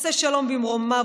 עושה שלום במרומיו,